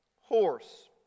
horse